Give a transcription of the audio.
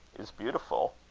is beautiful.